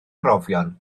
brofion